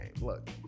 look